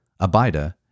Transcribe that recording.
Abida